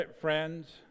friends